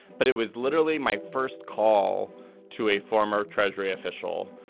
but it was literally my first call to a former treasury official